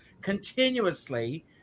continuously